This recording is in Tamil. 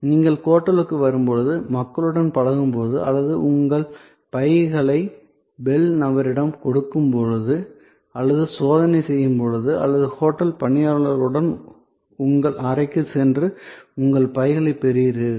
நீங்கள் ஹோட்டலுக்கு வரும்போது மக்களுடன் பழகும்போது அல்லது உங்கள் பைகளை பெல் நபரிடம் கொடுக்கும்போது அல்லது சோதனை செய்யும் போது அல்லது ஹோட்டல் பணியாளர்களுடன் உங்கள் அறைக்குச் சென்று உங்கள் பைகளைப் பெறுகிறீர்கள்